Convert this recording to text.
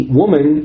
woman